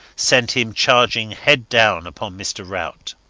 sent him charging head down upon mr. rout.